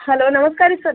hello ನಮಸ್ಕಾರ ರೀ sir